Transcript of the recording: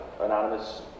anonymous